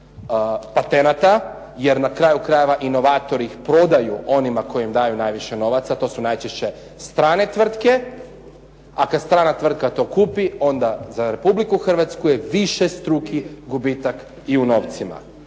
patenata jer na kraju krajeva inovatori ih prodaju onima koji im daju najviše novaca, to su najčešće strane tvrtke, a kada strana tvrtka to kupi onda za Republiku Hrvatsku je višestruki gubitak i u novcima.